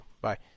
Bye